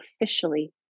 officially